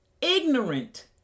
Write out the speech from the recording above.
ignorant